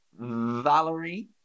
Valerie